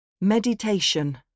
Meditation